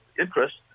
interest